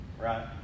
Right